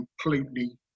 completely